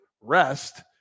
rest